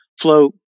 flow